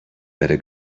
better